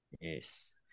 Yes